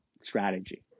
strategy